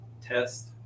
test